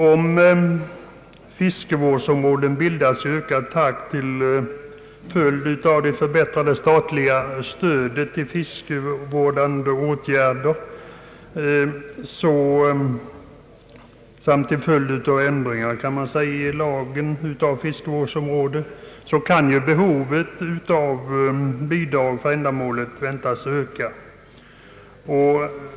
Om fiskevårdsområden nu bildas i ökad takt till följd av det förbättrade statliga stödet till fiskevårdande åtgärder m.m. och till följd av ändringar i lagen om fiskevårdsområden, kan behovet av bidrag för ändamålet väntas öka.